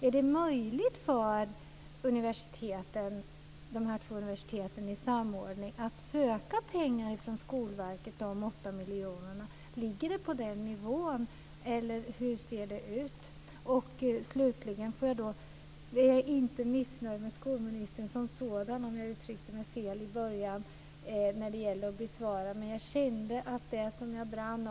Är det möjligt för dessa två universitet i samverkan att söka pengar - de åtta miljonerna - från Skolverket? Ligger det på den nivån, eller hur ser det ut? Slutligen vill jag säga att jag inte är missnöjd med skolministern som sådan när det gäller att besvara frågor. Jag uttryckte mig kanske fel i början.